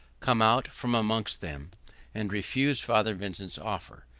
come out from amongst them and refused father vincent's offer.